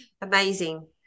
amazing